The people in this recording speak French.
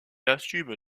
assume